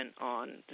on